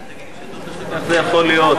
איך זה יכול להיות?